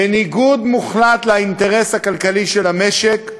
בניגוד מוחלט לאינטרס הכלכלי של המשק,